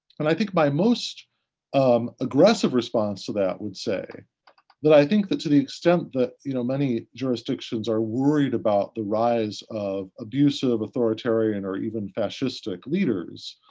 and i think my most um aggressive response to that would say that i think that to the extent that you know many jurisdictions are worried about the rise of abusive, authoritarian, or even fascistic leaders,